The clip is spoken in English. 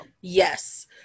Yes